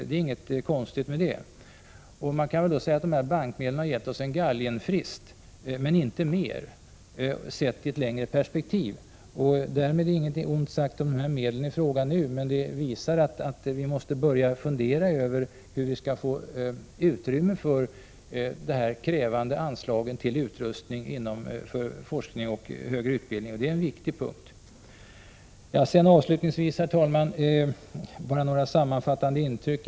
Det är inget konstigt med det. Vi kan säga att bankmedlen, sett i ett längre perspektiv, har gett oss en galgenfrist men inte mer. Därmed är ingenting ont sagt om medlen i fråga nu. Men det här visar att vi måste börja fundera över hur vi skall kunna få utrymme för de krävande anslagen till utrustning inom forskning och högre utbildning. Det är en viktig punkt. Några sammanfattande intryck.